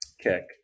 kick